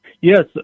yes